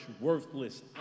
worthless